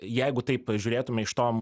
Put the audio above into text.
jeigu taip pažiūrėtume iš to